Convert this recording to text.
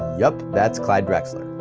yup, that's clyde drexler.